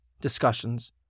discussions